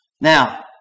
Now